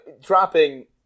dropping